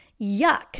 Yuck